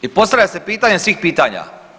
I postavlja se pitanje svih pitanja.